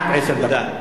תודה.